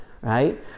right